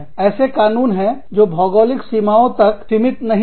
ऐसे कानून हैं जो भौगोलिक सीमाओं तक सीमित नहीं है